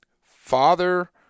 father